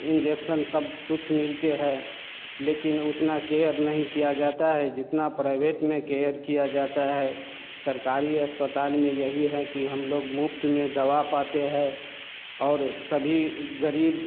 injection सब कुछ मिलते है लेकिन उतना केयर नहीं किया जाता है जितना प्राइभेट में केयर किया जाता है सरकारी अस्पताल में यही हैं कि हम लोग मुफ़्त में दवा पाते हैं और सभी गरीब